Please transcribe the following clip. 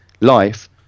life